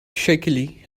shakily